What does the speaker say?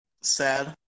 Sad